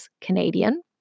Canadian